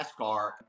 NASCAR